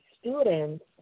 students